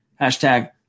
Hashtag